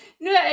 nur